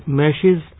meshes